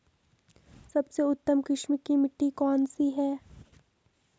सबसे उत्तम किस्म की मिट्टी कौन सी है?